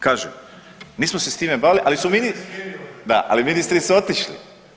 Kažem, nismo se s time bavili, ali su … [[Upadica se ne razumije.]] da, ali ministri su otišli.